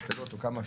משתלות או כמה,